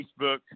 Facebook